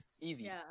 Easy